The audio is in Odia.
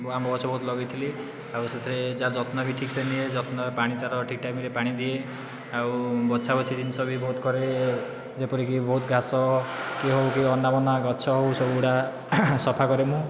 ଆମ୍ବ ଗଛ ବହୁତ ଲଗାଇଥିଲି ଆଉ ସେଥିରେ ଯାହା ଯତ୍ନ ବି ଠିକ୍ସେ ନିଏ ଯତ୍ନ ପାଣି ତା'ର ଠିକ୍ ଟାଇମରେ ପାଣି ଦିଏ ଆଉ ବଛା ବିଛି ଜିନିଷ ବି ବହୁତ କରେ ଯେପରିକି ବହୁତ ଘାସ କି ହେଉ କି ଅନାବନା ଗଛ ହେଉ ସବୁଗୁଡ଼ିକ ସଫା କରେ ମୁଁ